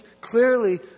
clearly